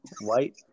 white